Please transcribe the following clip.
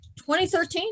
2013